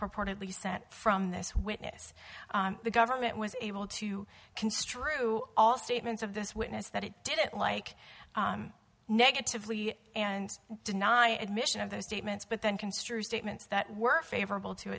purportedly sent from this witness the government was able to construe all statements of this witness that it didn't like negatively and deny admission of those statements but then construe statements that were favorable to